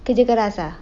kerja keras ah